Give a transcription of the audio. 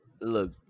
Look